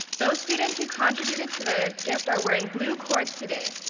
those students who contributed to the gift are wearing blue cords today.